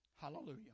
Hallelujah